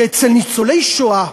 שאצל ניצולי השואה,